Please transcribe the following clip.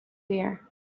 fear